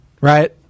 right